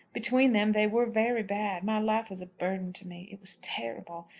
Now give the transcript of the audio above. between them they were very bad. my life was a burden to me. it was terrible.